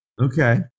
Okay